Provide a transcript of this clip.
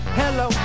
hello